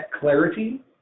clarity